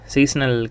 Seasonal